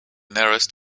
nearest